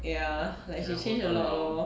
ya like she change a lot lor